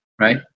right